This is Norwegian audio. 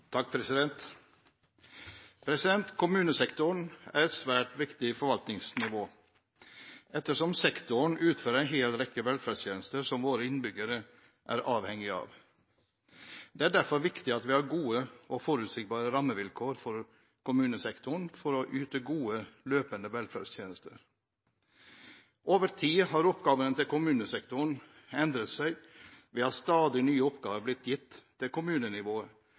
av. Det er derfor viktig at vi har gode og forutsigbare rammevilkår for kommunesektoren for å yte gode, løpende velferdstjenester. Over tid har oppgavene til kommunesektoren endret seg ved at stadig nye oppgaver har blitt gitt til kommunenivået,